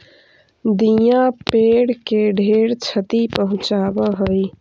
दियाँ पेड़ के ढेर छति पहुंचाब हई